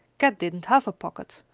kat tdidn't have a pocket,